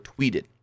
tweeted